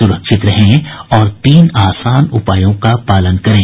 सुरक्षित रहें और तीन आसान उपायों का पालन करें